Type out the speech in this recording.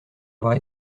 avoir